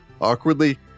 awkwardly